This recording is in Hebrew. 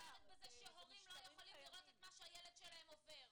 אני כופרת בזה שהורים לא יכולים לראות את מה שהילד שלהם עובר.